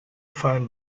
fallen